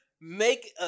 make